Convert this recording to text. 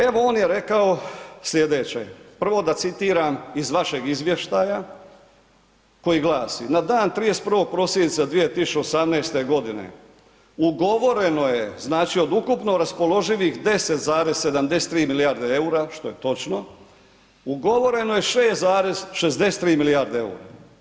Evo, on je rekao slijedeće, prvo da citiram iz vašeg izvještaja koji glasi, na dan 31. prosinca 2018.g. ugovoreno je, znači, od ukupno raspoloživih 10,73 milijarde EUR-a, što je točno, ugovoreno je 6,63 milijarde EUR-a.